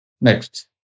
next